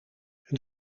een